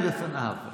אני מתנצל בפניו.